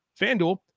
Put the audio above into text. FanDuel